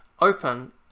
open